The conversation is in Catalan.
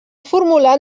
formulat